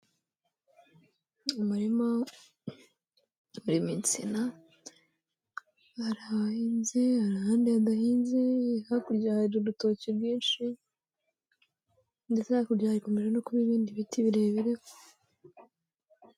Umurima urimo insina. Hari ahahinze, hari ahandi hadahinze. Hakurya hari urutoki rwinshi ndetse hakurya hari kumera no kuba ibindi biti birebire.